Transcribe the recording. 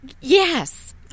Yes